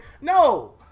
No